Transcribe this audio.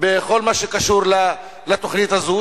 בכל מה שקשור לתוכנית הזו,